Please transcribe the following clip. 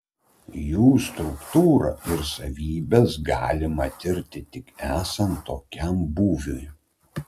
jų struktūrą ir savybes galima tirti tik esant tokiam būviui